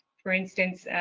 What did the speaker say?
for instance,